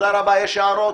הערות?